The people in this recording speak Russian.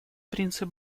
принцип